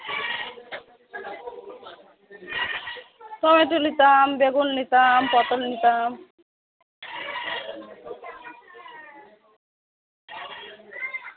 tomato নিতাম বেগুন নিতাম পটল নিতাম